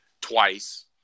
twice